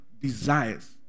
desires